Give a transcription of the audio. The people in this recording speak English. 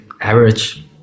average